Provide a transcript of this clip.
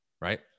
right